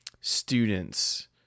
students